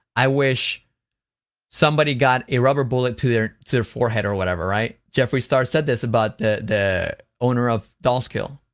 i wish somebody got a rubber bullet to their to their forehead, or whatever, right? jeffree star said this about the the owner of dollsk-ll.